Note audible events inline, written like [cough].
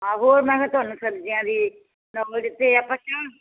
ਆਹੋ ਮੈਂ ਕਿਹਾ ਤੁਹਾਨੂੰ ਸਬਜ਼ੀਆਂ ਦੀ ਨੌਲਜ ਹੈ ਪਰ [unintelligible]